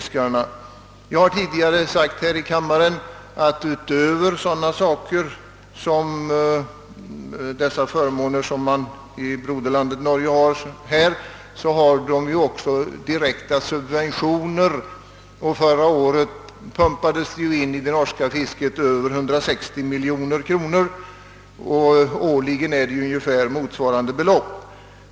Som jag tidigare i denna kammare har framhållit har de norska fiskarna dessutom direkta subventioner. Förra året pumpades över 160 miljoner kronor in i det norska fisket.